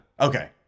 Okay